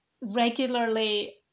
regularly